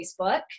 Facebook